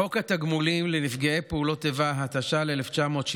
חוק התגמולים לנפגעי פעולות איבה, התש"ל 1970,